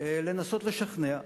לנסות לשכנע.